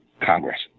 Congress